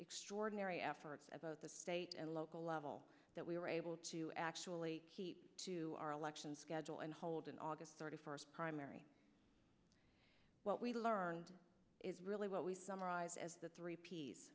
extraordinary efforts of both the state and local level that we were able to actually to our election schedule and hold an august thirty first primary what we learned is really what we summarized as the three p